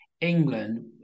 England